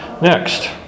Next